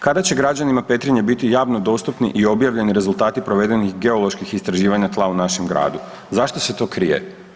Kada će građanima Petrinje biti javno dostupni i objavljeni rezultati provedenih geoloških istraživanja tla u našem gradu, zašto se to krije?